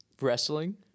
wrestling